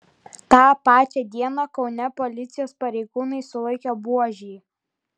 tą pačią dieną kaune policijos pareigūnai sulaikė buožį